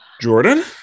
Jordan